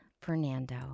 Fernando